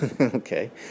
okay